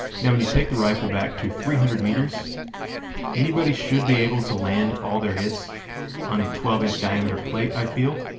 now when you take the rifle back to three hundred meters anybody should be able to land all their hits on a twelve inch diameter plate, i feel.